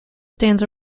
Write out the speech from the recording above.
stands